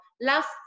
last